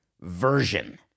Version